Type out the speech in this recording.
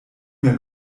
mehr